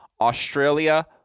Australia